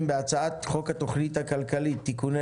אנחנו ממשיכים את הדיונים בהצעת חוק התכנית הכלכלית (תיקוני